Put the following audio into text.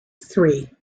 three